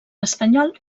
espanyol